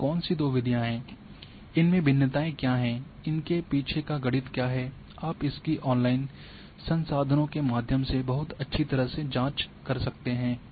वे कौन सी दो विधियां हैं इनमे विभिन्नताएं क्या हैं इसके पीछे का गणित क्या है आप इसकी ऑनलाइन संसाधनों के माध्यम से बहुत अच्छी तरह से जांच कर सकते हैं